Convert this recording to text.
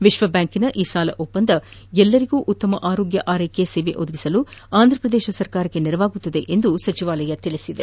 ವಿಶ್ವಬ್ಬಾಂಕ್ನ ಈ ಸಾಲ ಒಪ್ಪಂದ ಎಲ್ಲರಿಗೂ ಉತ್ತಮ ಆರೋಗ್ಯ ಆರೈಕೆ ಸೇವೆ ಒದಗಿಸಲು ಆಂಧ್ರಪ್ರದೇಶ ಸರ್ಕಾರಕ್ಷೆ ನೆರವಾಗಲಿದೆ ಎಂದೂ ಸಚಿವಾಲಯ ಹೇಳಿದೆ